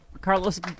Carlos